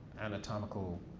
anatomical